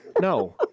No